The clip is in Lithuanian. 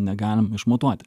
negalim išmatuoti